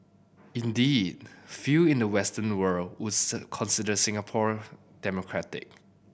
indeed few in the Western world would consider Singapore democratic